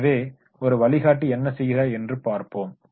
எனவே ஒரு வழிகாட்டி என்ன செய்கிறார் என்று பார்ப்போம்